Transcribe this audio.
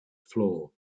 floor